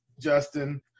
Justin